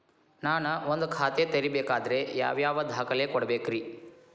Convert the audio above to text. ನಾನ ಒಂದ್ ಖಾತೆ ತೆರಿಬೇಕಾದ್ರೆ ಯಾವ್ಯಾವ ದಾಖಲೆ ಕೊಡ್ಬೇಕ್ರಿ?